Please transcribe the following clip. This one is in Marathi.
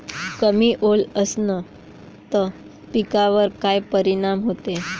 कमी ओल असनं त पिकावर काय परिनाम होते?